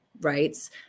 rights